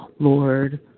Lord